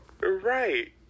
Right